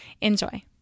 Enjoy